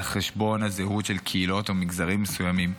על חשבון הזהות של קהילות או מגזרים מסוימים.